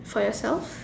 for yourself